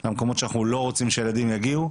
למקומות שאנחנו לא רוצים שהילדים יגיעו.